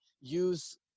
use